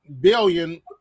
billion